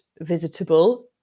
visitable